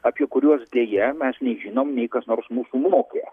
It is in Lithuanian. apie kuriuos deja mes nei žinom nei kas nors mūsų mokė